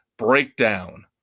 Breakdown